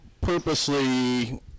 purposely